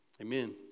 Amen